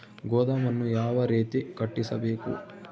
ಗೋದಾಮನ್ನು ಯಾವ ರೇತಿ ಕಟ್ಟಿಸಬೇಕು?